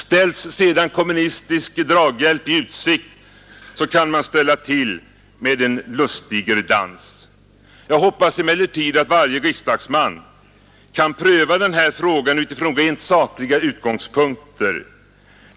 Ställs sedan kommunistisk draghjälp i utsikt kan man ställa till med en lustiger dans. Jag hoppas emellertid att varje riksdagsman kan pröva den här frågan utifrån rent sakliga utgångspunkter.